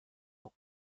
ans